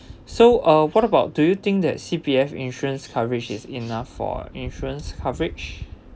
so uh what about do you think that C_P_F insurance coverage is enough for insurance coverage